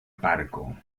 parko